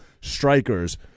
strikers –